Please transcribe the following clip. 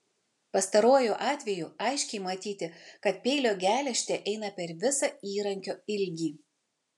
pastaruoju atveju aiškiai matyti kad peilio geležtė eina per visą įrankio ilgį